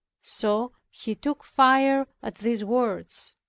so he took fire at these words.